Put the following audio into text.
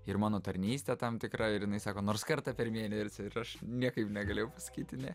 ir mano tarnystė tam tikra ir jinai sako nors kartą per mėnesį ir aš niekaip negalėjau pasakyti ne